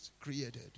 created